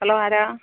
hello ആരാണ്